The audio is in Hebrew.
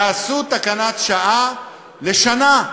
תעשו תקנת שעה לשנה,